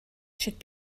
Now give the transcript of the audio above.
should